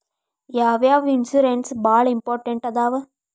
ಯಾವ್ಯಾವ ಇನ್ಶೂರೆನ್ಸ್ ಬಾಳ ಇಂಪಾರ್ಟೆಂಟ್ ಅದಾವ?